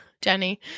Jenny